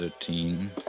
thirteen